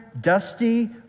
dusty